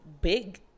Big